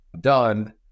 done